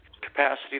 capacity